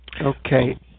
Okay